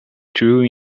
true